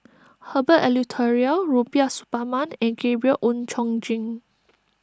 Herbert Eleuterio Rubiah Suparman and Gabriel Oon Chong Jin